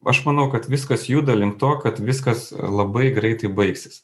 aš manau kad viskas juda link to kad viskas labai greitai baigsis